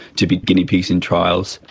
to be guinea pigs in trials,